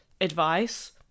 advice